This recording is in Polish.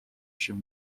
się